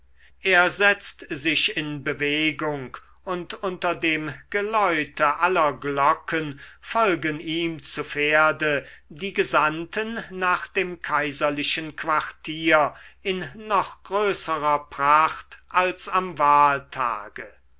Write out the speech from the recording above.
er setzt sich in bewegung und unter dem geläute aller glocken folgen ihm zu pferde die gesandten nach dem kaiserlichen quartier in noch größerer pracht als am wahltage